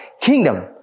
kingdom